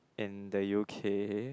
in the U_K